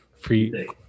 free